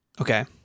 Okay